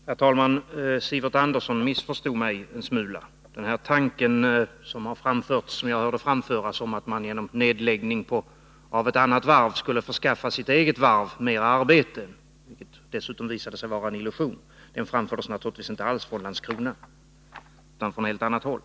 Herr talman! Sivert Andersson missförstod mig en smula. Den här tanken som jag hörde framföras om att man genom nedläggning av ett annat varv skulle förskaffa sitt eget varv mer arbete — det visade sig dessutom vara en illusion — framfördes naturligtvis inte alls från Landskronavarvet utan från helt annat håll.